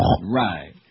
Right